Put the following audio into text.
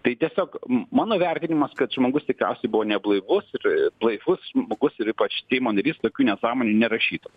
tai tiesiog mano vertinimas kad žmogus tikriausiai buvo neblaivus ir blaivus žmogus ir ypač seimo narys tokių nesąmonių nerašytų